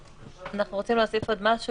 אנחנו רוצים להוסיף עוד משהו